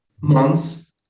months